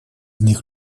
них